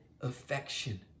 affection